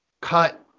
cut